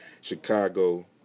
Chicago